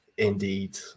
Indeed